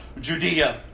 Judea